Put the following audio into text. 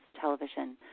television